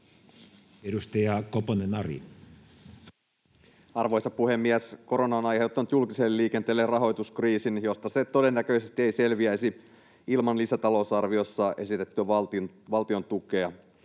Edustaja Koponen, Ari. Arvoisa puhemies! Korona on aiheuttanut julkiselle liikenteelle rahoituskriisin, josta se todennäköisesti ei selviäisi ilman lisätalousarviossa esitettyä valtiontukea.